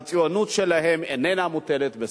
הציונות שלהם איננה מוטלת בספק.